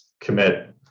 commit